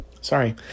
Sorry